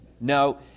No